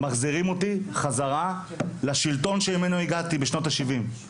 מחזירים אותי חזרה לשלטון שממנו הגעתי בשנות השבעים,